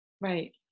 Right